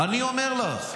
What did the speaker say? אני אומר לך.